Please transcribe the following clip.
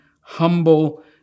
humble